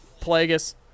Plagueis